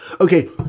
Okay